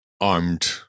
armed